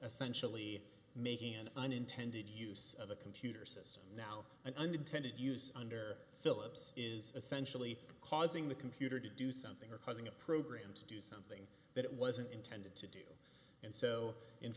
essentially making an unintended use of a computer system now an unintended use under philips is essentially causing the computer to do something or causing a program to do something that it wasn't intended to do and so in